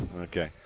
Okay